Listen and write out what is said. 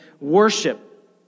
worship